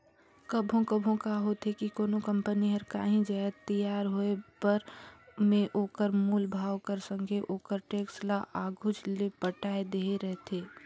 कभों कभों का होथे कि कोनो कंपनी हर कांही जाएत तियार होय पर में ओकर मूल भाव कर संघे ओकर टेक्स ल आघुच ले पटाए देहे रहथे